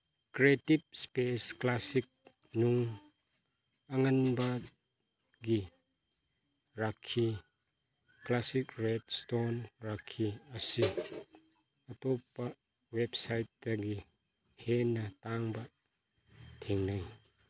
creative space classic ꯅꯨꯡ ꯑꯉꯟꯕꯒꯤ ꯔꯥꯈꯤ ꯀ꯭ꯂꯥꯁꯤꯛ ꯔꯦꯠ ꯏꯁꯇꯣꯟ ꯔꯥꯈꯤ ꯑꯁꯤ ꯑꯇꯣꯞꯄ ꯋꯦꯞꯁꯥꯏꯠꯇꯒꯤ ꯍꯦꯟꯅ ꯇꯥꯡꯕ ꯊꯦꯡꯅꯩ